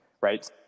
Right